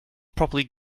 properly